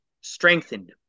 strengthened